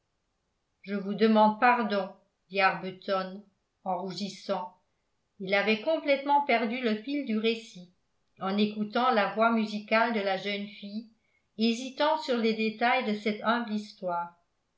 je vous demande pardon dit arbuton en rougissant il avait complètement perdu le fil du récit en écoutant la voix musicale de la jeune fille hésitant sur les détails de cette humble histoire